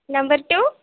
number two